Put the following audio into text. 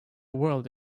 world